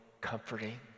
comforting